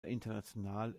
international